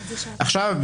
עכשיו,